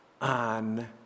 on